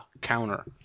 counter